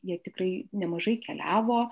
jie tikrai nemažai keliavo